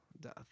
death